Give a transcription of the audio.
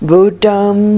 Buddham